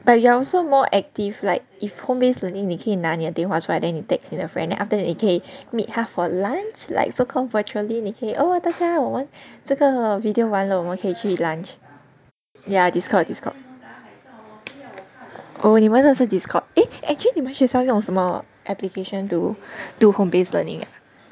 but you are also more active like if home based learning 你可以拿你的电话出来 then 你 text 你的 friend after that 你可以 meet 他 for lunch like so called virtually 你可以 oh 大家我们这个 video 完了我们可以去 lunch yeah discuss on Discord oh 你们真的是 Discord eh actually 你们学校用什么 application to do home based learning ah